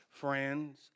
Friends